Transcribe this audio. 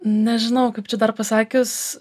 nežinau kaip čia dar pasakius